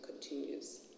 continues